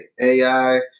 ai